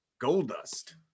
Goldust